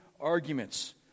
arguments